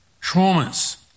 traumas